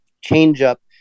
change-up